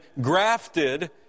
grafted